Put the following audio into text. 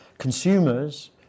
Consumers